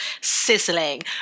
sizzling